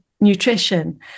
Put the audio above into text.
nutrition